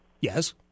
Yes